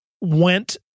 went